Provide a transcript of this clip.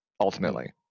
ultimately